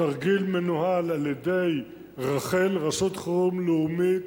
התרגיל מנוהל על-ידי רח"ל, רשות חירום לאומית,